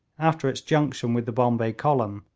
after its junction with the bombay column,